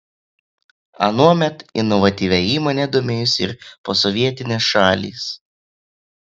anuomet inovatyvia įmone domėjosi ir posovietinės šalys